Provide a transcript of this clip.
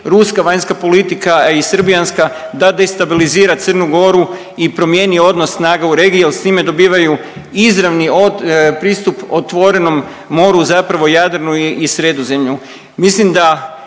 ruska vanjska politika i srbijanska da destabilizira Crnu Goru i promijeni odnos snaga u regiji jer s time dobivaju izravni od, pristup otvorenom moru zapravo Jadranu i Sredozemlju.